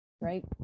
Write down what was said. right